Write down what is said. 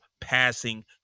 passing